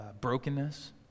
brokenness